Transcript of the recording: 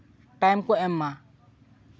time ᱠᱚ ᱮᱢ ᱢᱟ